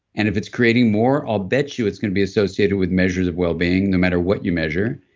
and if it's creating more, i'll bet you it's going to be associated with measures of wellbeing, no matter what you measure.